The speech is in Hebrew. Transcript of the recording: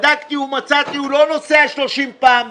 בדקתי ומצאתי, הוא לא נוסע 30 פעם בשנה.